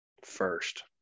First